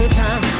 time